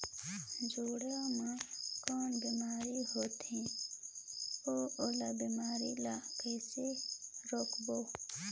जोणी मा कौन बीमारी होथे अउ ओला बीमारी ला कइसे रोकबो?